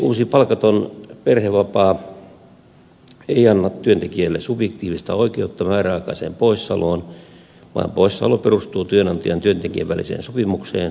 uusi palkaton perhevapaa ei anna työntekijälle subjektiivista oikeutta määräaikaiseen poissaoloon vaan poissaolo perustuu työnantajan ja työntekijän väliseen sopimukseen määräaikaisesta vapaasta